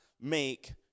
make